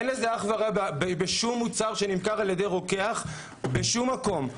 אין לזה אח ורע בשום מוצר שנמכר על ידי רוקח בשום מקום.